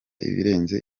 ibirenze